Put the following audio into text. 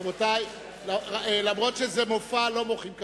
רבותי, אף-על-פי שזה מופע, לא מוחאים כפיים.